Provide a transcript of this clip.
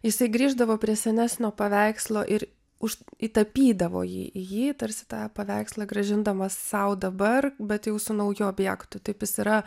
jisai grįždavo prie senesnio paveikslo ir už įtapydavo jį į jį tarsi tą paveikslą grąžindamas sau dabar bet jau su nauju objektu taip jis yra